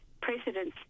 Precedents